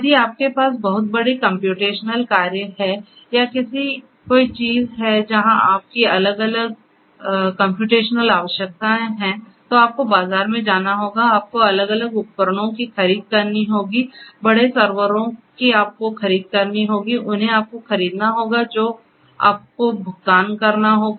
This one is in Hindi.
यदि आपके पास बहुत बड़ी कम्प्यूटेशनल कार्य है या ऐसी कोई चीज़ है जहाँ आपकी अलग अलग कम्प्यूटेशनल आवश्यकताएँ हैं तो आपको बाज़ार में जाना होगा आपको अलग अलग उपकरणों की खरीद करनी होगी बड़े सर्वरों की आपको खरीद करनी होगी उन्हें आपको खरीदना होगा जो आपको भुगतान करना होगा